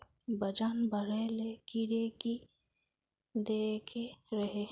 वजन बढे ले कीड़े की देके रहे?